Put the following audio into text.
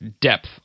depth